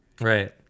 Right